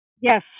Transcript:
yes